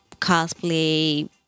cosplay